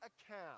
account